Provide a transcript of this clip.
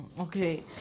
okay